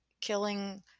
killing